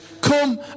come